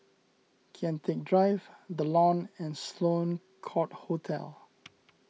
Kian Teck Drive the Lawn and Sloane Court Hotel